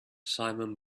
simum